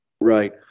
Right